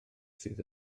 sydd